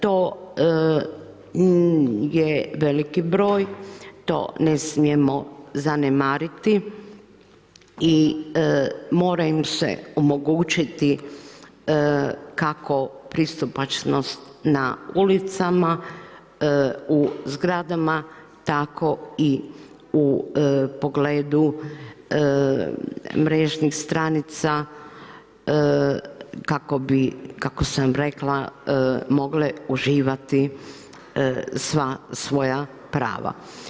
To je veliki broj, to ne smijemo zanemariti i moram im se omogućiti kako pristupačnost na ulicama, u zgradama tako i u pogledu mrežnih stranica kako sam rekla mogle uživati sva svoja prava.